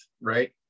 right